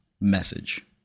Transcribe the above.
message